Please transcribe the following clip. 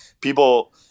people –